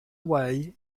away